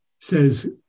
says